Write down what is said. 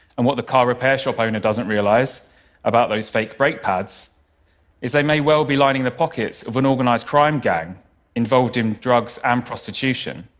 and what the car repair shop owner doesn't realize about those fake brake pads is they may well be lining the pockets of an organized crime gang involved in drugs and prostitution.